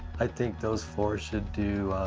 i think those four should do